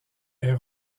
est